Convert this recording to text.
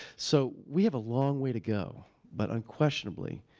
so, we have a long way to go but, unquestionably,